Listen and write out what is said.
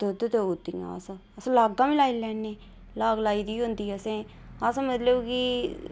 दुद्ध देई ओड़दियां अस लाग्गा बी लाई लैन्ने लाग लाई दी होंदी असें अस मतलब कि